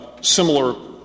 similar —